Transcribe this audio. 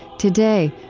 today,